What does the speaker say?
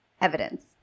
evidence